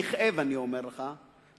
ואני אומר לך את זה בכאב,